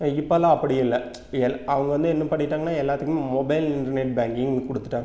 இப்போலாம் அப்படி இல்லை எல் அவங்க வந்து என்ன பண்ணிட்டாங்கனா எல்லாத்துக்குமே மொபைல் இன்டர்நெட் பேங்க்கிங் கொடுத்துட்டாங்க